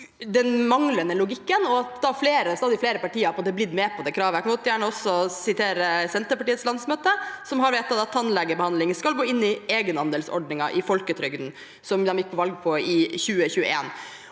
den manglende logikken, og at stadig flere partier har blitt med på det kravet. Jeg kan gjerne også sitere Senterpartiets landsmøte, som har vedtatt at tannlegebehandling skal gå inn i egenandelsordningen i folketrygden, og som de gikk til valg på i 2021.